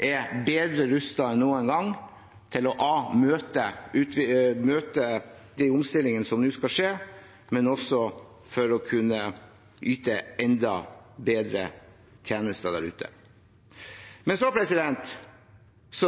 er bedre rustet enn noen gang til å møte de omstillingene som nå skal skje, også for å kunne yte enda bedre tjenester. Det